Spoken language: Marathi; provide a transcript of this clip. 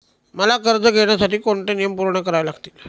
मला कर्ज घेण्यासाठी कोणते नियम पूर्ण करावे लागतील?